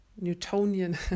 Newtonian